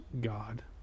God